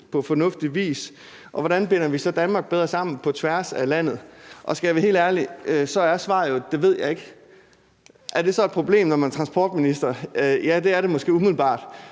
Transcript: på fornuftig vis. Hvordan binder vi så Danmark bedre sammen på tværs af landet? Skal jeg være helt ærlig, er svaret jo, at det ved jeg ikke. Er det så et problem, når man er transportminister? Ja, det er det måske umiddelbart.